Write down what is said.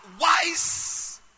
wise